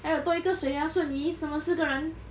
还有多一个谁 ah shun yi 什么四个